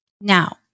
Now